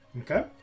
Okay